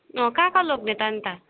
अँ कहाँ कहाँ लग्ने त अनि त